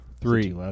Three